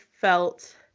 felt